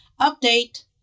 Update